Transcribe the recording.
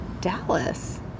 Dallas